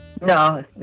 No